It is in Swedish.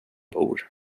bor